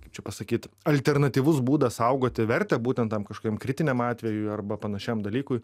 kaip čia pasakyt alternatyvus būdas saugoti vertę būtent tam kažkokiam kritiniam atvejui arba panašiam dalykui